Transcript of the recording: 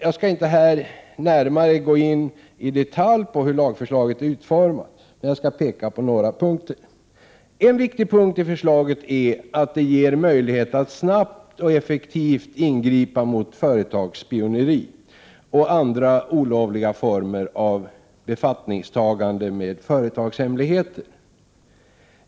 Jag skall inte i detalj gå in på hur lagförslaget är utformat, men jag skall peka på några punkter. En viktig punkt i förslaget är att det ger möjligheter att snabbt och effektivt ingripa mot företagsspioneri och andra olovliga former av befattning med företagshemligheter.